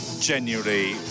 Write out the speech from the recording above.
genuinely